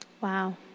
Wow